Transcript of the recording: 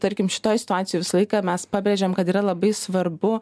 tarkim šitoj situacijoj vis laiką mes pabrėžiam kad yra labai svarbu